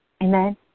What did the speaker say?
Amen